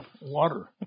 Water